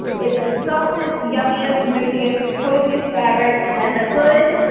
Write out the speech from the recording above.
it's the softest, yummiest, mushiest, coziest fabric. it has a hood,